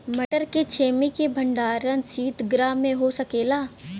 मटर के छेमी के भंडारन सितगृह में हो सकेला?